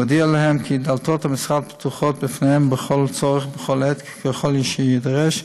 והודיעה להם כי דלתות המשרד פתוחות בפניהם לכל צורך ובכל עת ככל שיידרש,